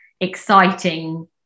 exciting